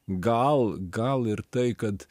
gal gal ir tai kad